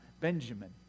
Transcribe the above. Benjamin